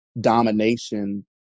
domination